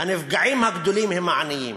הנפגעים הגדולים הם העניים.